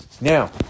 Now